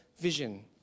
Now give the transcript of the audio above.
vision